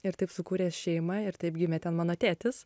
ir taip sukūrė šeimą ir taip gimė ten mano tėtis